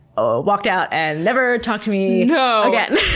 ah walked out and never talked to me you know again.